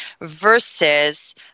Versus